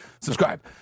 subscribe